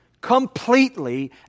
completely